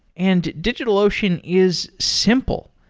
and digitalocean is simple.